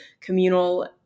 communal